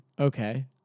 Okay